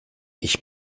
ich